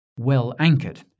well-anchored